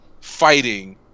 fighting